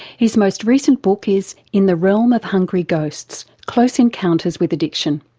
his most recent book is in the realm of hungry ghosts close encounters with addiction.